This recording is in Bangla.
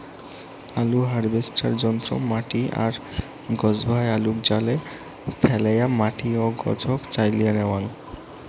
আলু হারভেস্টার যন্ত্র মাটি আর গছভায় আলুক জালে ফ্যালেয়া মাটি ও গছক চাইলিয়া ন্যাওয়াং